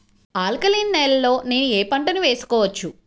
Alkaline నేలలో నేనూ ఏ పంటను వేసుకోవచ్చు?